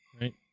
right